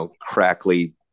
crackly